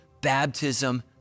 baptism